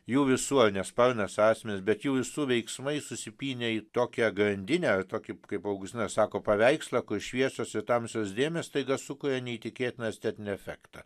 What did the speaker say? jų visuomenės sparnas asmenys bet jų visų veiksmai susipynė į tokią grandinę ar tokį kaip augustinas sako paveikslą kur šviesios ir tamsios dėmės staiga sukuria neįtikėtiną estetinį efektą